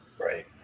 Right